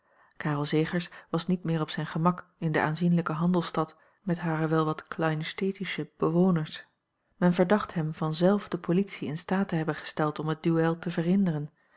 karel zegers was niet meer op zijn gemak in de aanzienlijke handelsstad met hare wel wat kleinstädtische bewoners men verdacht hem van zelf de politie in staat te hebben gesteld om het duel te verhinderen